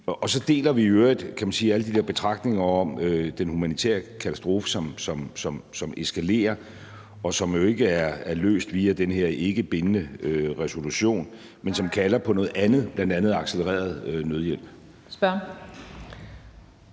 Så deler vi i øvrigt alle de her betragtninger om den humanitære katastrofe, som eskalerer, og som jo ikke er løst via den her ikkebindende resolution, men som kalder på noget andet, bl.a. accelereret nødhjælp.